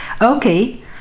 okay